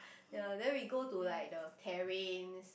ya then we go to like the terrains